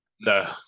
No